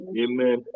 Amen